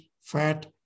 fat